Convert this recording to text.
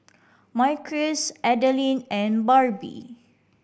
Marquis Adalyn and Barbie